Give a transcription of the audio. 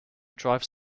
drives